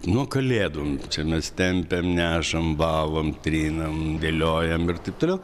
nuo kalėdų čia mes tempiam nešam valom trinam dėliojam ir taip toliau